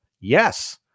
yes